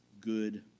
good